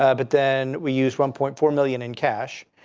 ah but then we used one point four million in cash.